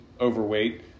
overweight